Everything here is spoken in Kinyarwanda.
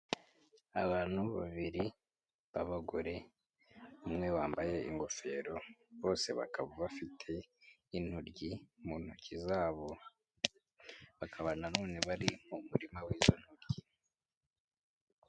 Abantu babiri b'abagore, umwe wambaye ingofero, bose bakaba bafite intoryi mu ntoki zabo, bakaba nanone bari mu murima w'izo ntoryi.